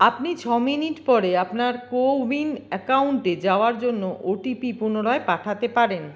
আপনি ছমিনিট পরে আপনার কোউইন অ্যাকাউন্টে যাওয়ার জন্য ও টি পি পুনরায় পাঠাতে পারেন